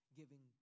giving